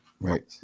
right